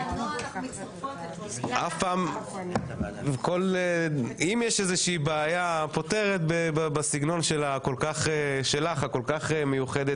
אם יש איזושהי בעיה - פותרת בסגנון שלה הכול כך מיוחד.